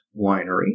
Winery